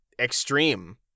extreme